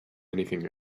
anything